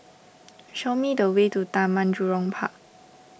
show me the way to Taman Jurong Park